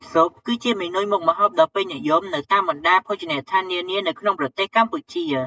ស៊ុបគឺជាម៉ឺនុយមុខម្ហូបដ៏ពេញនិយមនៅតាមបណ្តាភោជនីយដ្ឋាននានានៅក្នុងប្រទេសកម្ពុជា។